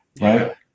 right